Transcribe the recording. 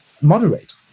moderate